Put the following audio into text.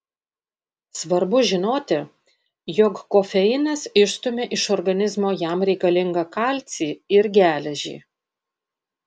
svarbu žinoti jog kofeinas išstumia iš organizmo jam reikalingą kalcį ir geležį